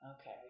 Okay